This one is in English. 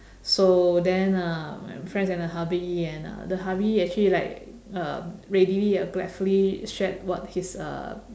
so then uh my friend and her hubby and uh the hubby actually like uh readily or gladfully shared what his uh